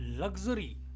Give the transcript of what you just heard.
luxury